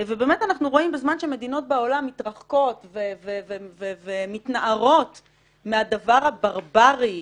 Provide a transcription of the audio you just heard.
ובאמת אנחנו רואים בזמן שמדינות בעולם מתרחקות ומתנערות מהדבר הברברי,